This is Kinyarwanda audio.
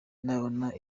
nabona